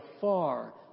far